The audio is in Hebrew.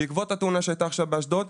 בעקבות התאונה שהייתה עכשיו באשדוד.